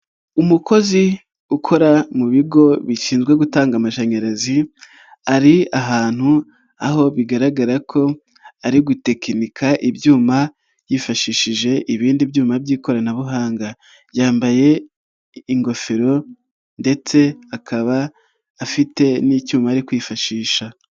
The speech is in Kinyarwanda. Umukozi ukora mu bigo bishinzwe gutanga amashanyarazi ari ahantu aho bigaragara ko ari gutekinika ibyuma yifashishije ibindi byuma by'ikoranabuhanga, yambaye ingofero ndetse akaba afite n'icyuma ari kwifashisha.